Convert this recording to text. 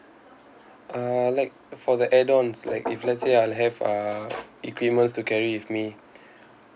uh I like for the add ons like if let's say I'll have uh equipments to carry with me